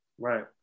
right